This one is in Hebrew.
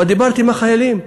אבל דיברתי עם החיילים,